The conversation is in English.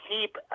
keep